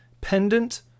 pendant